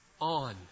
on